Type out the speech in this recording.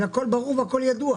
והכול ברור וידוע.